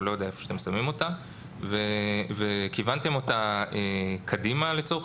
היכן שאתם שמים אותה וכיוונתם אותה קדימה לצורך